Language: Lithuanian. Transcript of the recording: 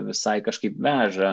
visai kažkaip veža